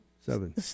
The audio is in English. seven